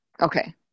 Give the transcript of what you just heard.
Okay